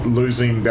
losing